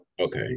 Okay